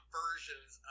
versions